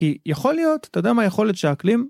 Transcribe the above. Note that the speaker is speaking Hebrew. כי יכול להיות, אתה יודע מה היכולת שהאקלים...